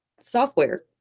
software